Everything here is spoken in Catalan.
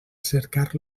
cercar